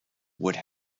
would